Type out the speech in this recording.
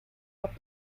auf